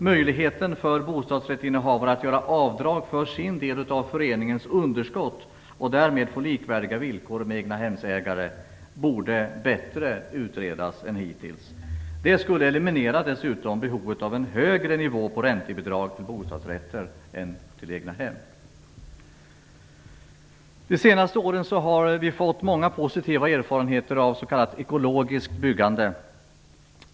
Möjligheten för bostadsrättsinnehavaren att göra avdrag för sin del av föreningens underskott och därmed få likvärdiga villkor med egnahemsägare, borde utredas bättre. Det skulle dessutom eliminera behovet av en högre nivå på räntebidrag till bostadsrätter än till egnahem. De senaste åren har vi fått många positiva erfarenheter av s.k. ekologiskt byggande.